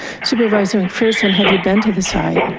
supervisor mcpherson, have you been to the site?